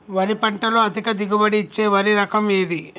వరి పంట లో అధిక దిగుబడి ఇచ్చే వరి రకం ఏది?